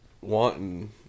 wanting